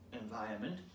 environment